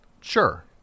Sure